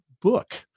book